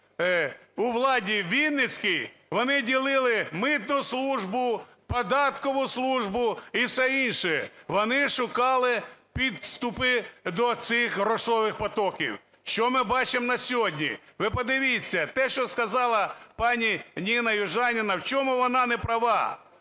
у владі вінницький, вони ділили митну службу, податкову службу і все інше. Вони шукали підступи до цих грошових потоків. Що ми бачимо на сьогодні? Ви подивіться, те, що сказала пані Ніна Южаніна… В чому вона не права?